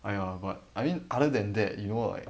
!aiya! but I mean other than that you know like